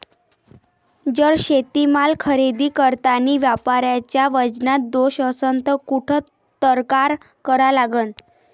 जर शेतीमाल खरेदी करतांनी व्यापाऱ्याच्या वजनात दोष असन त कुठ तक्रार करा लागन?